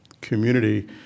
community